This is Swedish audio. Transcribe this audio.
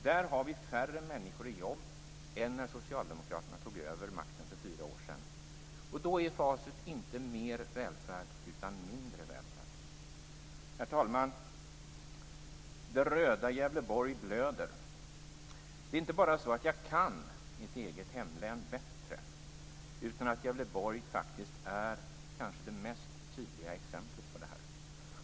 Där har vi färre människor i jobb än när socialdemokraterna tog över makten för fyra år sedan. Då är facit inte mer välfärd utan mindre välfärd. Herr talman! Det röda Gävleborg blöder. Det är inte bara så att jag kan mitt eget hemlän bättre, Gävleborg är faktiskt det mest tydliga exemplet.